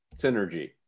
synergy